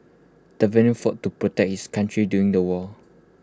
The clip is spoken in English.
the veteran fought to protect his country during the war